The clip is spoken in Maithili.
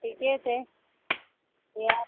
ठीके छै आयब